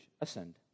ascend